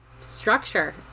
structure